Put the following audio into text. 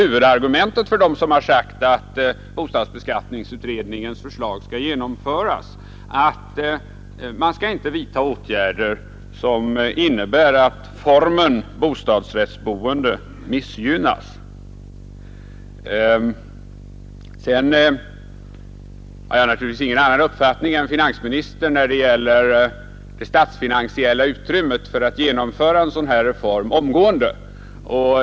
Huvudargumentet för dem som har sagt att bostadsbeskattningsutredningens förslag bör genomföras har väl också varit att man inte skall vidta åtgärder som innebär att bostadsrättsboende missgynnas. Naturligtvis har jag ingen annan uppfattning än finansministern när det gäller det statsfinansiella utrymmet för att omgående genomföra en sådan här reform.